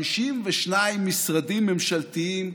52 משרדים ממשלתיים,